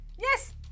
Yes